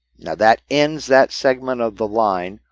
that ends that segment of the line.